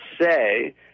say